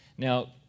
Now